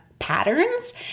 patterns